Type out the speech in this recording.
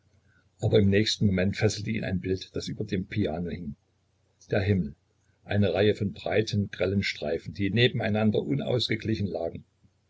aber im nächsten moment fesselte ihn ein bild das über dem piano hing der himmel eine reihe von breiten grellen streifen die nebeneinander unausgeglichen lagen